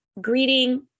greeting